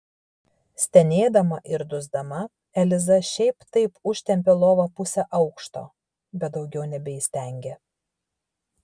stenėdama ir dusdama eliza šiaip taip užtempė lovą pusę aukšto bet daugiau nebeįstengė